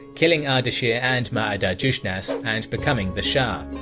killing ardashir and mahadharjushnas, and becoming the shah.